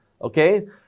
okay